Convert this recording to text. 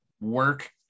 work